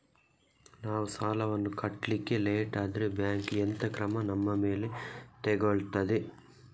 ನಾವು ಸಾಲ ವನ್ನು ಕಟ್ಲಿಕ್ಕೆ ಲೇಟ್ ಆದ್ರೆ ಬ್ಯಾಂಕ್ ಎಂತ ಕ್ರಮ ನಮ್ಮ ಮೇಲೆ ತೆಗೊಳ್ತಾದೆ?